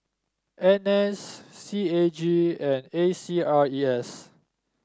N S C A G and A C R E S